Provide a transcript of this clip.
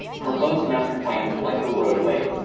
proposed master plan collector roadway,